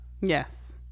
Yes